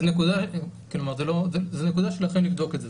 זזה נקודה שלכם לבדוק את זה,